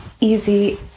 easy